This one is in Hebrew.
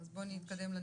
אז נתקדם.